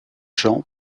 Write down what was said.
jean